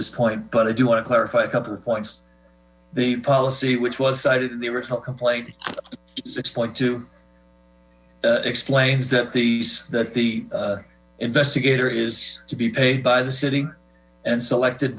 this point but i do want to clarify a couple of points the policy which was cited in the original complaint six point two explains that these that the investigator is to be paid by the city and selected